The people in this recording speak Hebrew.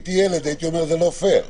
כשהייתי ילד הייתי אומר שזה לא פייר.